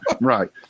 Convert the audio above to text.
right